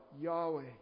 Yahweh